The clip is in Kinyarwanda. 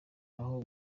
ntaho